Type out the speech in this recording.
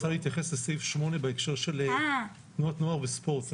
להתייחס לסעיף 8 בהקשר של תנועות נוער וספורט.